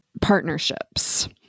partnerships